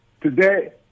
Today